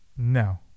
No